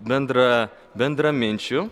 bendra bendraminčių